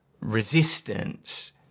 resistance